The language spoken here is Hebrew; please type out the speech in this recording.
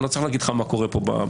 אני לא צריך להגיד לך מה קורה כאן בכנסת.